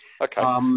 Okay